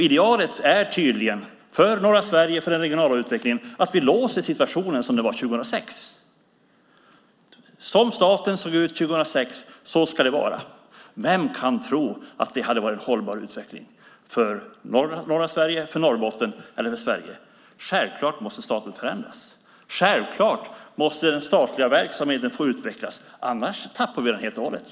Idealet är tydligen för norra Sverige, när det gäller den regionala utvecklingen, att vi låser situationen som den var 2006. Så som staten såg ut 2006 ska det vara. Vem kan tro att det hade varit en hållbar utveckling för norra Sverige, för Norrbotten eller för Sverige? Självklart måste staten förändras. Självklart måste den statliga verksamheten få utvecklas. Annars tappar vi den helt och hållet.